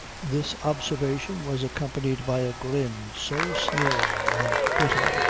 this observation was accompanied by a grin so sneering and bitter,